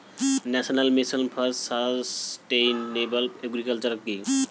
National mission for sustainable agriculture কি?